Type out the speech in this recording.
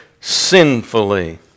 sinfully